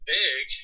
big